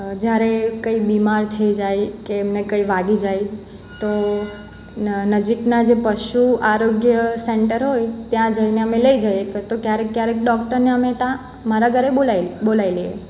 જ્યારે કંઈ બીમાર થઈ જાય કે એમને કંઈ વાગી જાય તો નજીકના જે પશુ આરોગ્ય સેન્ટર હોય ત્યાં જઈને અમે લઈ જઈએ અથવા તો ક્યારેક ક્યારેક ડૉક્ટરને અમે ત્યાં મારા ઘરે બોલાઈ બોલાઈ લઈએ